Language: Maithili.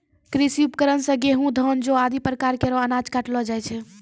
कृषि उपकरण सें गेंहू, धान, जौ आदि प्रकार केरो अनाज काटलो जाय छै